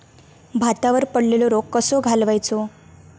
भातावर पडलेलो रोग कसो घालवायचो?